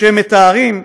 שהם מתארים,